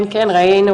כן, כן, ראינו.